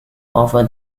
over